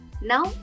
Now